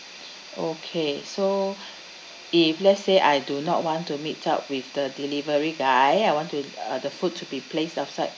okay so if let's say I do not want to meet up with the delivery guy I want to uh the food to be placed outside